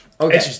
Okay